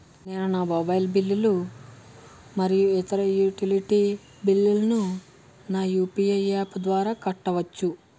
నేను నా మొబైల్ బిల్లులు మరియు ఇతర యుటిలిటీ బిల్లులను నా యు.పి.ఐ యాప్ ద్వారా కట్టవచ్చు